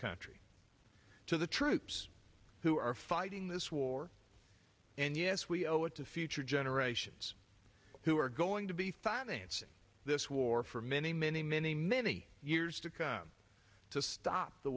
country to the troops who are fighting this war and yes we owe it to future generations who are going to be financing this war for many many many many years to come to stop the